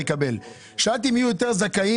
אחד יקבל אלא שלאתי אם יהיו יותר זכאים.